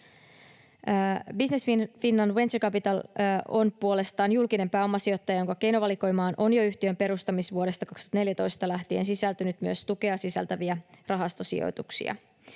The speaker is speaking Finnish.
Business Finland Venture Capital on puolestaan julkinen pääomasijoittaja, jonka keinovalikoimaan on jo yhtiön perustamisvuodesta 2014 lähtien sisältynyt myös tukea sisältäviä rahastosijoituksia.